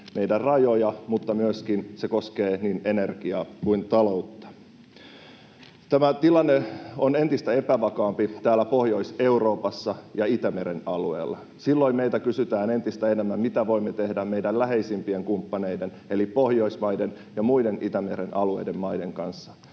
meidän rajoja, mutta se koskee myöskin niin energiaa kuin taloutta. Tämä tilanne on entistä epävakaampi täällä Pohjois-Euroopassa ja Itämeren alueella. Silloin meiltä kysytään entistä enemmän, mitä voimme tehdä meidän läheisimpien kumppaneiden eli Pohjoismaiden ja muiden Itämeren alueen maiden kanssa.